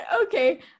Okay